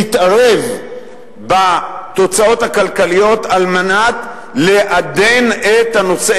להתערב בתוצאות הכלכליות על מנת לעדן את הנושא,